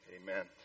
amen